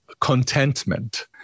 contentment